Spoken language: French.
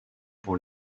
pour